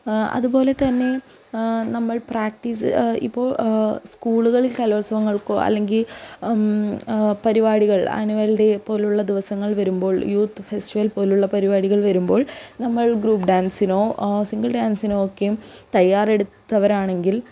അതുപോലെ തന്നെ നമ്മൾ പ്രാക്റ്റീസ് ഇപ്പോൾ സ്കൂളുകളിൽ കലോത്സവങ്ങൾക്കൊ അല്ലെങ്കിൽ പരിപാടികൾ ആനുവൽ ഡേ പോലുള്ള ദിവസങ്ങൾ വരുമ്പോൾ യൂത്ത് ഫെസ്റ്റിവൽ പോലുള്ള പരിപാടികൾ വരുമ്പോൾ നമ്മൾ ഗ്രൂപ് ഡാൻസിനോ സിംഗിൾ ഡാൻസിനോ ഒക്കെ തയ്യാറെടുത്തവരാണെങ്കിൽ